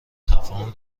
تفاهم